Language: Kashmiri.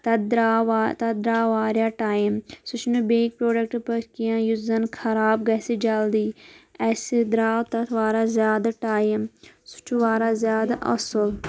تتھ درٛاو وا تتھ درٛاو وارِیاہ ٹایِم سُہ چھُنہٕ بیٚیہِ پرٛوڈٮ۪کٹ پٲٹھۍ کیٚنٛہہ یُس زن خراب گَژھِ جلدی اَسہِ درٛاو تتھ واریاہ زیادٕ ٹایِم سُہ چھُ واریاہ زیادٕ اصٕل